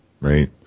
Right